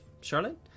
Charlotte